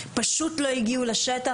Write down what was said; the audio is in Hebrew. פשוט לא הגיעו לשטח.